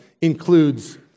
includes